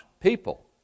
people